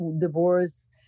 divorce